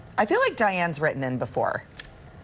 i feel like diane has written in before.